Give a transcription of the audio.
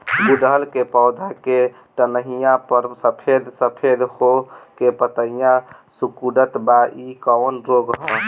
गुड़हल के पधौ के टहनियाँ पर सफेद सफेद हो के पतईया सुकुड़त बा इ कवन रोग ह?